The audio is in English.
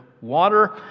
water